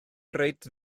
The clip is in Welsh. reit